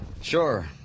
Sure